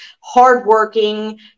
hardworking